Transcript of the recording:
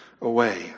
away